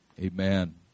amen